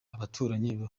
abaturanyi